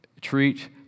treat